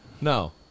No